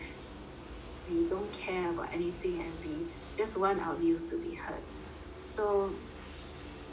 we don't care about anything we just want our views to be heard so